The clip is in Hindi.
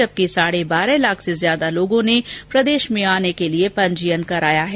जबकि साढे बारह लाख से ज्यादा लोगों ने प्रदेश आने के लिए पंजीयन कराया है